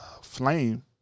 Flame